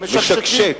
משקשקים.